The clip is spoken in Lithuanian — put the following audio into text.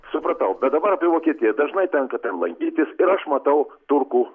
supratau bet dabar apie vokietiją dažnai tenka ten lankytis ir aš matau turkų